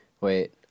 Wait